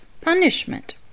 punishment